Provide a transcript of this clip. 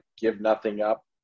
give-nothing-up